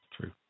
True